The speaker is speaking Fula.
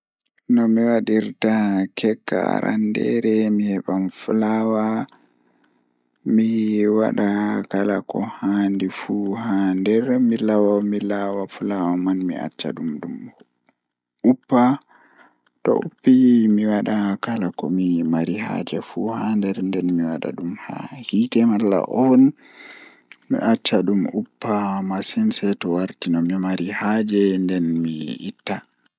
Nomi wadirta cake kam arandeere mi heban flawa mi wada kala ko handi fuu haander mi lawa milaawa flawa man mi acca dum uppa to uppi mi wada kala ko mi mari haaje fuu haander nden mi wada dum haa nder hiite malla oven mi acca dum uppa masin sei to warti no mi mari haaje nden mi itta.